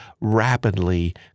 rapidly